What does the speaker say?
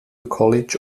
college